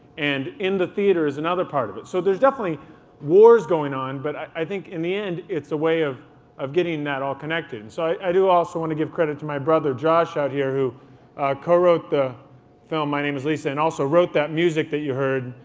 and in the theater is another part or it. so there's definitely wars going on, but i think in the end it's a way of of getting that all connected. i do also want to give credit to my brother josh out here who co-wrote the film my name is lisa, and also wrote that music that you heard.